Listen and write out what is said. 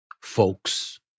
folks